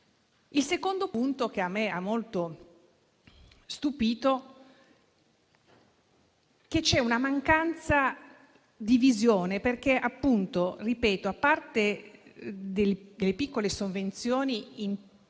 Il secondo punto che a me ha molto stupito: c'è una mancanza di visione. Ripeto: a parte delle piccole sovvenzioni in